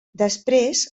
després